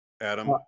Adam